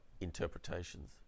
interpretations